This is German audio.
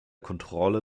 kontrolle